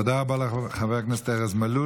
תודה רבה לחבר הכנסת ארז מלול.